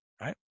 Right